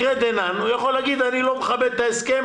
אני רואה את זה לנגד עיניי.